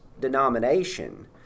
denomination